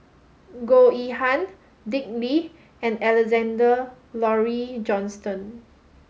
Goh Yihan Dick Lee and Alexander Laurie Johnston